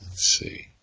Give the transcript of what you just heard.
see.